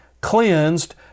cleansed